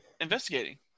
investigating